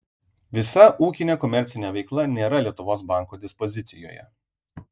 visa ūkinė komercinė veikla nėra lietuvos banko dispozicijoje